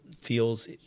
feels